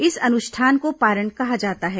इस अनुष्ठान को पारण कहा जाता है